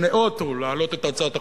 שניאותו להעלות את הצעת החוק,